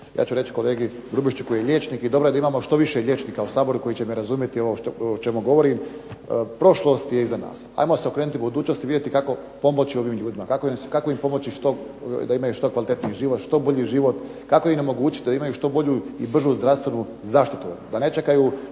ja ću reći kolegi Grubišić koji je liječnik i dobro je da imamo više liječnika u Saboru koji će me razumjeti ovo o čemu govorim, prošlost je iza nas. Ajmo se okrenuti budućnosti, vidjeti kako pomoći ovim ljudima, kako im pomoći da imaju što kvalitetniji život, što bolji život, kako im omogućiti da imaju što bolju i bržu zdravstvenu zaštitu,